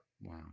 wow